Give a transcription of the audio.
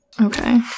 Okay